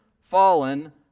fallen